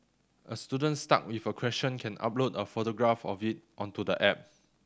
a student stuck with a question can upload a photograph of it onto the app